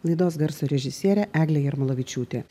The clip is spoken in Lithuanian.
laidos garso režisierė eglė jarmolavičiūtė